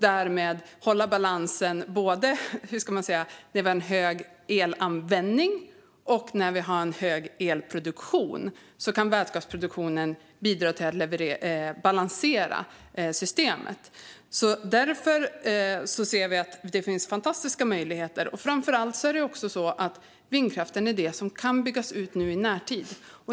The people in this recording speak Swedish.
Därmed kan balansen hållas både när vi har hög elanvändning och när vi har hög elproduktion. Där kan vätgasproduktionen bidra till att balansera systemet. Därför ser vi att det finns fantastiska möjligheter. Framför allt är vindkraften det som kan byggas ut i närtid.